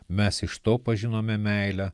mes iš to pažinome meilę